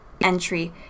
Entry